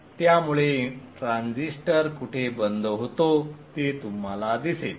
त्यामुळे ट्रान्झिस्टर कुठे बंद होतो ते तुम्हाला दिसेल